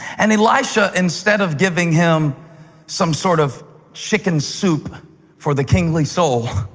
and elisha, instead of giving him some sort of chicken soup for the kingly soul